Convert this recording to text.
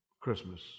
Christmas